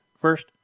first